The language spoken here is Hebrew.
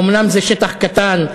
אומנם זה שטח קטן,